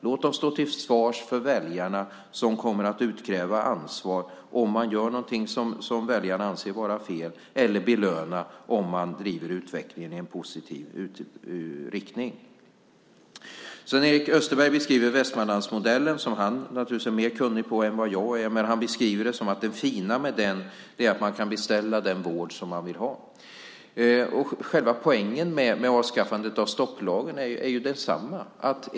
Låt oss stå till svars inför väljarna som kommer att utkräva ansvar om vi gör någonting som väljarna anser vara fel eller belönar om vi bedriver utvecklingen i en positiv riktning. Sven-Erik Österberg beskriver Västmanlandsmodellen, som han naturligtvis är mer kunnig om än vad jag är, som att det fina med den är att man kan beställa den vård som man vill ha. Själva poängen med avskaffandet av stopplagen är ju densamma.